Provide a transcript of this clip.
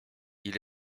elle